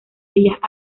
bellas